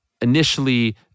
initially